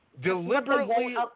Deliberately